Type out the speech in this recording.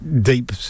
deep